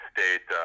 State